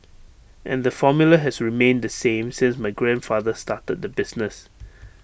and the formula has remained the same since my grandfather started the business